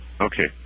Okay